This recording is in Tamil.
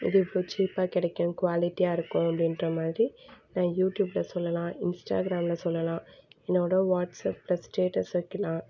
இது இப்போது சீப்பாக கிடைக்கும் குவாலிட்டியாக இருக்கும் அப்படின்ற மாதிரி நான் யூட்யூப்ல சொல்லலாம் இன்ஸ்டாகிராம்ல சொல்லலாம் என்னோடய வாட்ஸப்ல ஸ்டேட்டஸ் வைக்கிலாம்